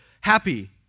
happy